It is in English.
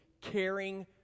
caring